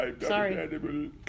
Sorry